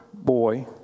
boy